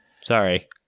Sorry